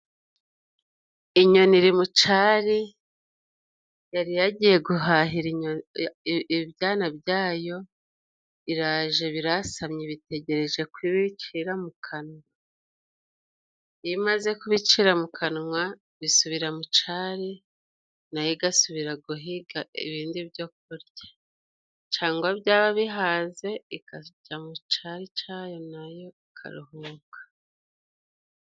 Inyoni iri mu cari, yari yagiye guhahira ibyana byayo iraje birasamye bitegereje ko ibicira mu kanwa. Iyo imaze kubicira mu kanwa, bisubira mu cari, na yo igasubira guhiga ibindi byo kurya. Cangwa byaba bihaze ikajya mu cari cayo na yo ikaruhuka.